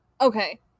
Okay